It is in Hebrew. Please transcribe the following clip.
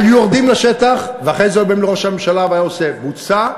היו יורדים לשטח ואחרי זה באים לראש הממשלה והוא היה עושה: בוצע,